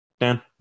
Dan